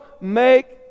make